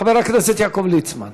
חבר הכנסת יעקב ליצמן,